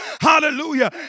Hallelujah